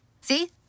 see